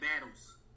battles